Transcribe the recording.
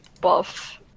buff